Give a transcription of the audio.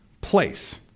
place